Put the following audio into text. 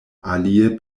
alie